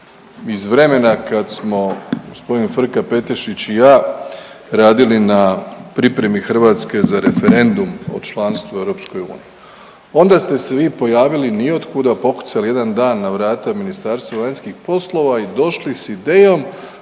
iz vremena kad smo gospodin Frka Petešić i ja radili na pripremi Hrvatske za referendum o članstvu u EU. Onda ste se vi pojavili niotkuda, pokucali jedan dan na vrata Ministarstva vanjskih poslova i došli sa idejom